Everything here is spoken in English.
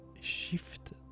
shift